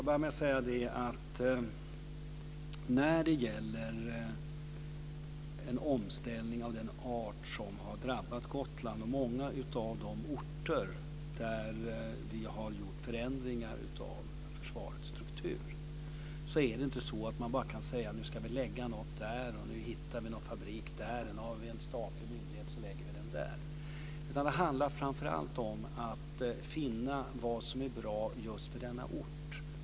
Fru talman! När det gäller en omställning av den art som har drabbat Gotland och många av de orter där vi har gjort förändringar av försvarets struktur är det inte så att man bara kan säga att nu ska vi lägga något där, nu hittar vi en fabrik där och om vi har en statlig myndighet så lägger vi den där. Det handlar framför allt om att finna vad som är bra just för denna ort.